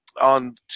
on